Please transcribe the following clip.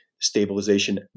stabilization